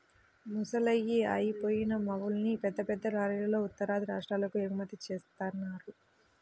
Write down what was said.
ముసలయ్యి అయిపోయిన ఆవుల్ని పెద్ద పెద్ద లారీలల్లో ఉత్తరాది రాష్ట్రాలకు ఎగుమతి జేత్తన్నారు